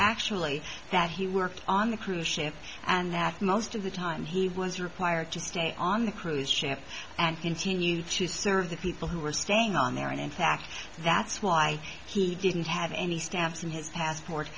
actually that he worked on the cruise ship and that most of the time he was required to stay on the cruise ship and continue to serve the people who were staying on there and in fact that's why he didn't have any stamps in his passport